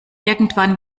irgendwann